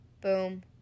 boom